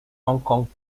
hongkong